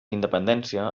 independència